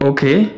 Okay